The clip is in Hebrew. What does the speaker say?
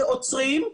כשעוצרים,